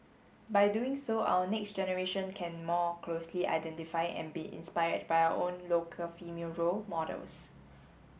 by doing so our next generation can more closely identify and be inspired by our own local female role models